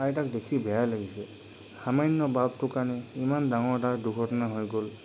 আইতাক দেখি বেয়াই লাগিছে সামান্য বাল্বটো কাৰণে ইমান ডাঙৰ এটা দুৰ্ঘটনা হৈ গ'ল